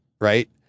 right